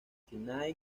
knight